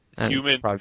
Human